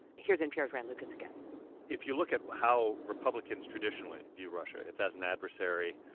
here's npr's ryan lucas again if you look at how republicans traditionally view russia, it's as an adversary,